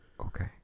Okay